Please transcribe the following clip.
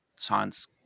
science